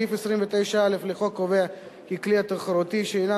סעיף 29(א) לחוק קובע כי כלי תחרותי שאינו